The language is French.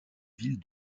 ville